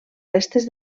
restes